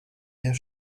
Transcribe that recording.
der